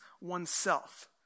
oneself